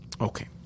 Okay